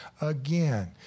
again